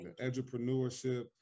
Entrepreneurship